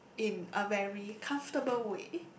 in a very comfortable way